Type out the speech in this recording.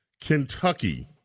Kentucky